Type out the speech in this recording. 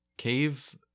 Cave